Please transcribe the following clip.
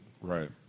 Right